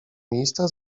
miejsca